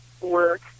work